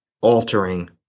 altering